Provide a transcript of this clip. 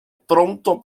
pronto